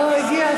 אפשר לשיר.